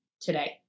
today